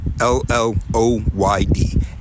L-L-O-Y-D